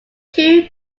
two